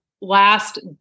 last